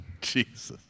Jesus